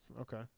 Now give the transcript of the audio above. okay